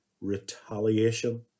retaliation